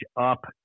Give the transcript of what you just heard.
up